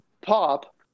pop